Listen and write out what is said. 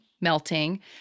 Melting